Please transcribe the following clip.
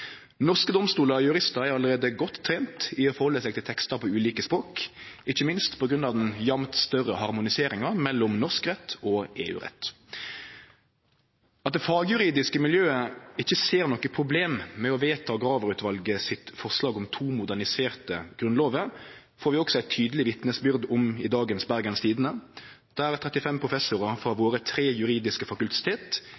Norske domstolar og juristar er allereie godt trena i å hanskast med tekstar på ulike språk, ikkje minst på grunn av den jamt større harmoniseringa mellom norsk rett og EU-rett. At det fagjuridiske miljøet ikkje ser noko problem med å vedta Graver-utvalets forslag om to moderniserte grunnlovar, får vi også eit tydeleg vitnesbyrd om i dagens Bergens Tidende, der 33 professorar